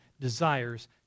desires